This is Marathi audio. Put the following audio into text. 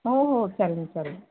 हो हो चालेल चालेल